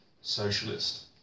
socialist